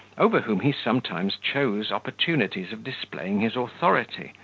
over whom he sometimes chose opportunities of displaying his authority,